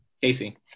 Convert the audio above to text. Casey